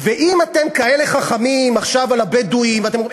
ואם אתם כאלה חכמים עכשיו על הבדואים ואתם אומרים: